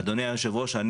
אדוני היושב-ראש,